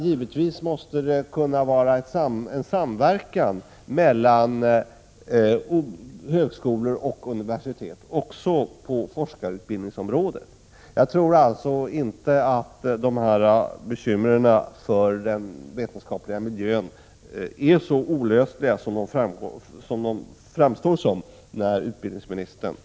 Givetvis måste man kunna samverka mellan högskolor och universitet också på forskarutbildningsområdet. Jag tror alltså inte att dessa bekymmer för den vetenskapliga miljön är så olösliga som de framställs av utbildningsministern.